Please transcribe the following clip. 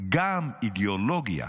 גם אידיאולוגיה